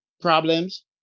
problems